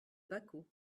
baquo